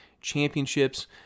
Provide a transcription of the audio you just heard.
Championships